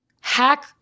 hack